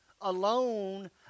Alone